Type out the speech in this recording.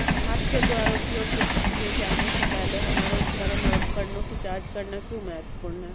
आपके द्वारा उपयोग किए जाने से पहले हमारे उपकरण और उपकरणों की जांच करना क्यों महत्वपूर्ण है?